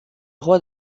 roi